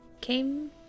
came